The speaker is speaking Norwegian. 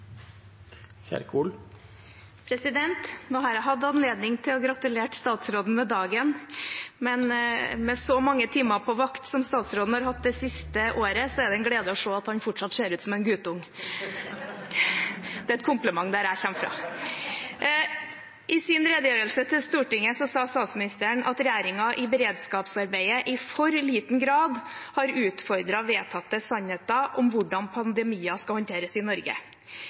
Nå har jeg hatt anledning til å gratulere statsråden med dagen, men med så mange timer på vakt som statsråden har hatt det siste året, er det en glede å se at han fortsatt ser ut som en guttunge. Det er et kompliment der jeg kommer fra. I sin redegjørelse til Stortinget sa statsministeren at regjeringen i beredskapsarbeidet i for liten grad har utfordret vedtatte sannheter om hvordan pandemier skal håndteres i Norge.